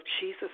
Jesus